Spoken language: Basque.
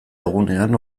egunean